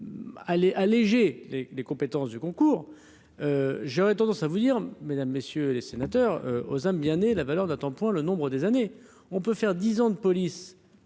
alléger les les compétences du Goncourt, j'aurais tendance à vous dire, mesdames, messieurs les sénateurs aux âmes bien nées la valeur n'attend point le nombre des années, on peut faire, disons, de police